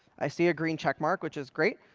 i see a green check mark, which is great.